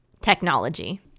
technology